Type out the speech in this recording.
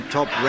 Top